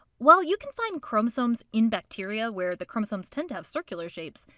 while you can find chromosomes in bacteria, where the chromosomes tend to have circular shapes,